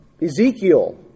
Ezekiel